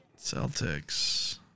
Celtics